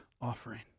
offering